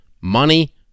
money